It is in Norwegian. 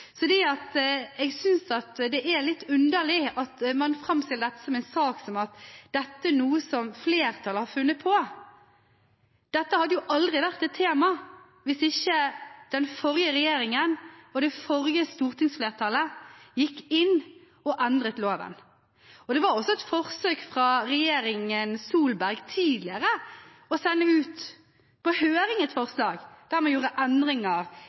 Jeg synes det er litt underlig at man framstiller dette som en sak som noe flertallet har funnet på. Dette hadde aldri vært et tema hvis ikke den forrige regjeringen og det forrige stortingsflertallet hadde endret loven. Det var også et forsøk fra regjeringen Solberg tidligere å sende ut på høring et forslag der man gjorde endringer